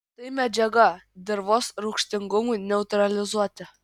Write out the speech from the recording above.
tai medžiaga dirvos rūgštingumui neutralizuoti